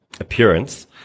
appearance